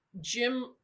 Jim